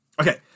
Okay